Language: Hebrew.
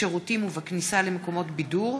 בשירותים ובכניסה למקומות בידור